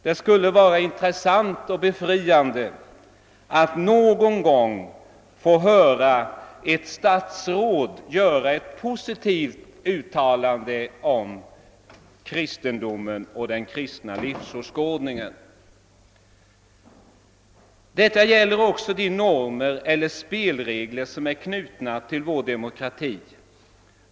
Det skulle vara intressant och befriande att någon gång få höra ett statsråd göra ett positivt uttalande om kristendomen och den kristna livsåskådningen. Detta gäller också de normer eller spelregler som är knutna till vår demokrati.